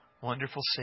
wonderful